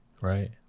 right